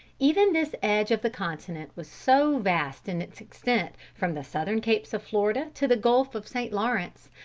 even this edge of the continent was so vast in its extent, from the southern capes of florida to the gulf of st. lawrence,